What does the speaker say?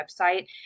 website